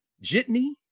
Jitney